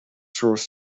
source